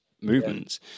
movements